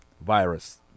virus